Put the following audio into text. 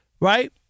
Right